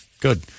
Good